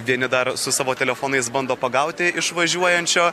vieni dar su savo telefonais bando pagauti išvažiuojančio